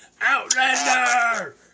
Outlander